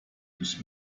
ich